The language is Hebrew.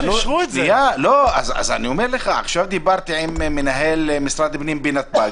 אישרו את זה דיברתי עם מנהל משרד הפנים בנתב"ג